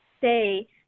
say